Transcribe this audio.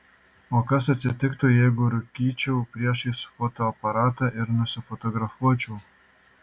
o kas atsitiktų jeigu rūkyčiau priešais fotoaparatą ir nusifotografuočiau